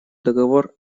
договор